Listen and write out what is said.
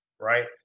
right